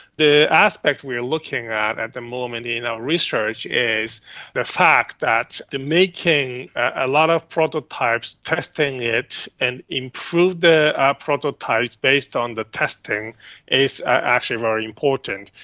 the aspect we are looking at at the moment in our research is the fact that making a lot of prototypes, testing it and improve the prototypes based on the testing is actually very important.